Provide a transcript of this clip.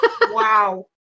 Wow